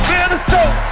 Minnesota